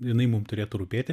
jinai mum turėtų rūpėti